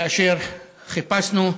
כאשר חיפשנו,